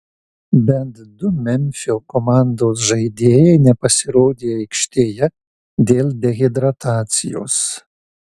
bent du memfio komandos žaidėjai nepasirodė aikštėje dėl dehidratacijos